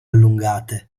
allungate